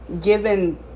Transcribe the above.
given